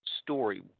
story